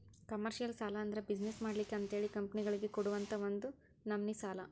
commercial ಸಾಲಾ ಅಂದ್ರ business ಮಾಡ್ಲಿಕ್ಕೆ ಅಂತಹೇಳಿ ಕಂಪನಿಗಳಿಗೆ ಕೊಡುವಂತಾ ಒಂದ ನಮ್ನಿ ಸಾಲಾ